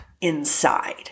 inside